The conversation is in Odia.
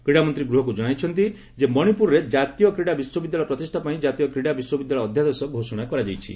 କ୍ରୀଡାମନ୍ତ୍ରୀ ଗୃହକୁ କଶାଇଛନ୍ତି ଯେ ମଣିପୁରରେ ଜାତୀୟ କ୍ରୀଡା ବିଶ୍ୱବିଦ୍ୟାଳୟ ପ୍ରତିଷା ପାଇଁ ଜାତୀୟ କ୍ରୀଡା ବିଶ୍ୱବିଦ୍ୟାଳୟ ଅଧ୍ୟାଦେଶ ଘୋଷଣା କରାଯାଇଛି